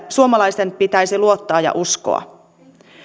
suomalaisten pitäisi luottaa ja uskoa